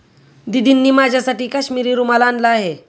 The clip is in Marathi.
दीदींनी माझ्यासाठी काश्मिरी रुमाल आणला आहे